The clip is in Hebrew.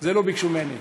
את זה לא ביקשו ממני.